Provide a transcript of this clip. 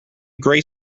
grey